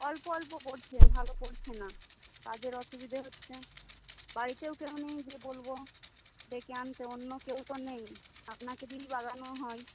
অল্প অল্প পড়ছে ভালো পড়ছে না কাজের অসুবিধে হচ্ছে বাড়িতেও কেউ নেই যে বলব ডেকে আনতে অন্য কেউ তো নেই আপনাকে দিয়েই বাগানো হয়